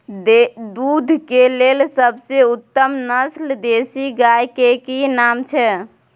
दूध के लेल सबसे उत्तम नस्ल देसी गाय के की नाम छै?